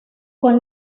con